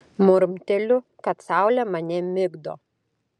murmteliu kad saulė mane migdo